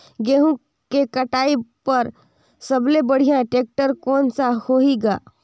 गहूं के कटाई पर सबले बढ़िया टेक्टर कोन सा होही ग?